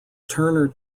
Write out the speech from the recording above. turner